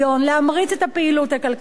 להמריץ את הפעילות הכלכלית.